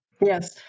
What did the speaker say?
Yes